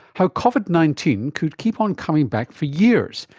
how covid nineteen could keep on coming back for years,